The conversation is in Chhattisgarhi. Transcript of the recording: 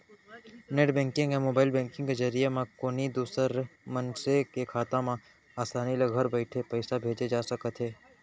नेट बेंकिंग या मोबाइल बेंकिंग के जरिए म कोनों दूसर मनसे के खाता म आसानी ले घर बइठे पइसा भेजे जा सकत हे